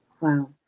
Wow